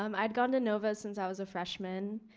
um i'd gone to nova since i was a freshman.